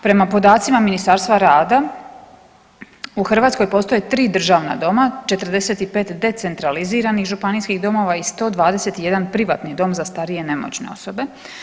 Prema podacima Ministarstva rada u Hrvatskoj postoje 3 državna doma, 45 decentraliziranih županijskih domova i 121 privatni dom za starije i nemoćne osobe.